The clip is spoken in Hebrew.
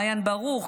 ממעין ברוך,